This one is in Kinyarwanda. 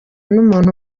n’umuntu